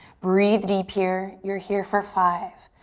breathe deep here, you're here for five,